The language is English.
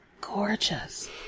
gorgeous